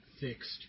fixed